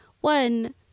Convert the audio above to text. one